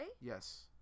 Yes